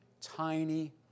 tiny